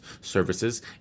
services